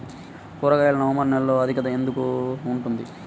కూరగాయలు నవంబర్ నెలలో అధిక ధర ఎందుకు ఉంటుంది?